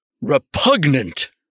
repugnant